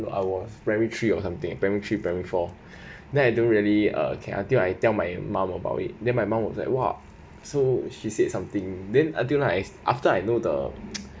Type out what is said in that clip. I was primary three or something in primary three primary four then I don't really ah care until I tell my mum about it then my mum was like !wah! so she said something then until now after I know the